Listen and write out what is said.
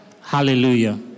Hallelujah